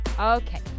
Okay